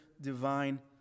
divine